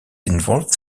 involved